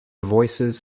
voices